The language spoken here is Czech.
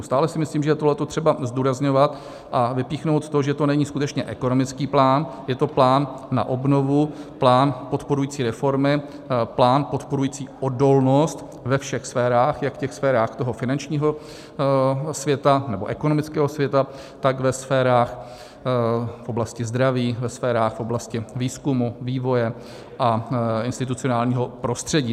Stále si myslím, že je tohle třeba zdůrazňovat a vypíchnout to, že to není skutečně ekonomický plán, je to plán na obnovu, plán podporující reformy, plán podporující odolnost ve všech sférách, jak sférách toho finančního světa nebo ekonomického světa, tak ve sférách v oblasti zdraví, ve sférách v oblasti výzkumu, vývoje a institucionálního prostředí.